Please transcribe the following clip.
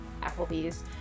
Applebee's